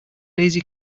lazy